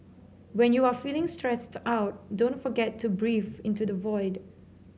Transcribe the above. when you are feeling stressed out don't forget to breathe into the void